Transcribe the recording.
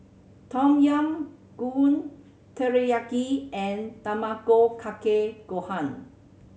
Tom Yam Goong Teriyaki and Tamago Kake Gohan